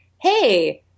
hey